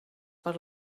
per